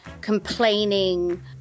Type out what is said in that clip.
complaining